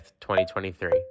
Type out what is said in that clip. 2023